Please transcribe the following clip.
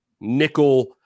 nickel